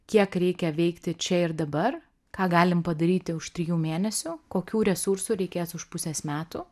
kiek reikia veikti čia ir dabar ką galim padaryti už trijų mėnesių kokių resursų reikės už pusės metų